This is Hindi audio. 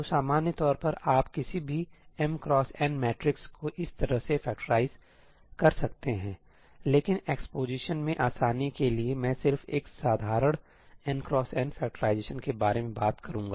तो सामान्य तौर पर आप किसी भी m x n मैट्रिक्सको इस तरह से फ़ैक्टराइज कर सकते हैं लेकिन एक्सपोजीसन में आसानी के लिए मैं सिर्फ एक साधारण n x n फैक्टराइज़ेशन के बारे में बात करूँगा